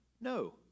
No